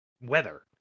weather